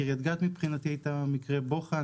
קריית גת מבחינתי הייתה מקרה בוחן,